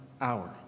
hour